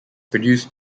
produced